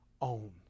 own